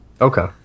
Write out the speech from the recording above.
Okay